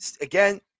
again